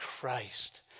Christ